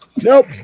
Nope